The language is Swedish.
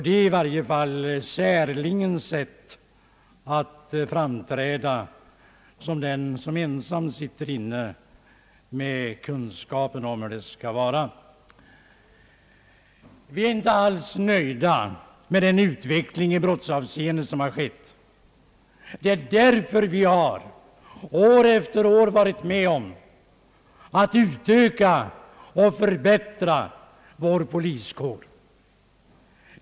Detta är i varje fall särlingens sätt att framträda som den som ensam sitter inne med kunskapen om hur det skall vara. Vi är inte nöjda med den utveckling i brottsavseende som har ägt rum. Det är därför vi år efter år har varit med om att utöka och förbättra vår poliskår.